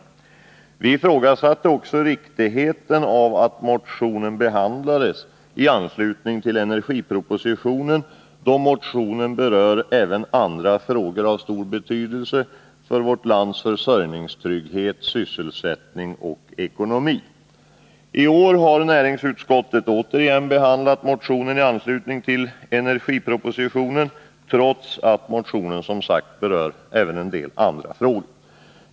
Vi ifrågasatte också riktigheten av att motionen behandlades i anslutning till energipropositionen, då motionen berör även andra frågor av stor betydelse för vårt lands försörjningstrygghet, sysselsättning och ekonomi. I år har näringutskottet återigen behandlat motionen i anslutning till energipropositionen, trots att motionen som sagt berör även en del andra frågor.